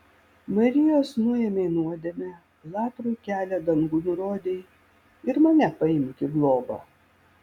marijos nuėmei nuodėmę latrui kelią dangun rodei ir mane paimk į globą